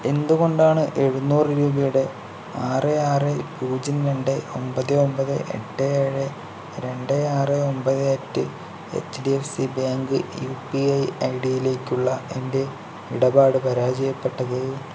എന്തുകൊണ്ടാണ് എഴുന്നൂറ് രൂപയുടെ ആറ് ആറ് പൂജ്യം രണ്ട് ഒമ്പത് ഒമ്പത് എട്ട് ഏഴ് രണ്ട് ആറ് ഒമ്പത് at H D F C bank U P I I D യിലേക്കുള്ള എൻ്റെ ഇടപാട് പരാജയപ്പെട്ടത്